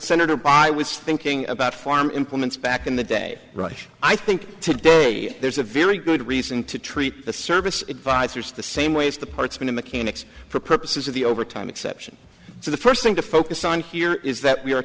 senator by was thinking about farm implements back in the day rush i think today there's a very good reason to treat the service advisors the same way as the parts going to mechanics for purposes of the overtime exception to the first thing to focus on here is that we are